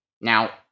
Now